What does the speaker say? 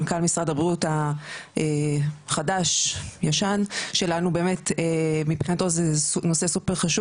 מנכ"ל משרד הבריאות החדש-ישן שלנו מבחינתו זה נושא סופר חשוב